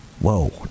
Whoa